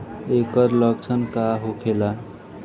ऐकर लक्षण का होखेला?